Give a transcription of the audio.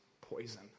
poison